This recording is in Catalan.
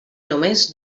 només